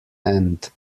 end